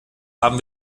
haben